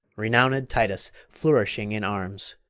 renowned titus, flourishing in arms.